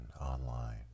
Online